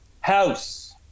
House